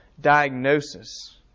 diagnosis